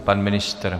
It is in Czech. Pan ministr?